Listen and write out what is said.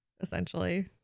essentially